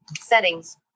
settings